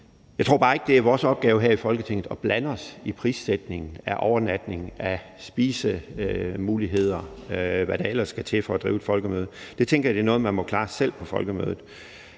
Jeg tror bare ikke, det er vores opgave her i Folketinget at blande os i prissætningen af overnatninger, af spisemuligheder, og hvad der ellers skal til for at drive et folkemøde. Det tænker jeg er noget, man selv må klare på folkemødet.